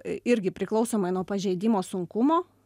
irgi priklausomai nuo pažeidimo sunkumo